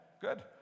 good